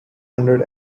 hundred